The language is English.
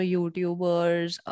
YouTubers